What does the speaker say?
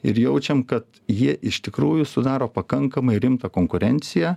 ir jaučiam kad jie iš tikrųjų sudaro pakankamai rimtą konkurenciją